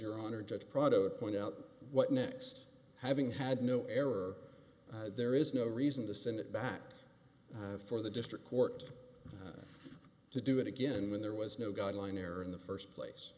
your honor just prado point out what next having had no error there is no reason to send it back for the district court to do it again when there was no guideline error in the first place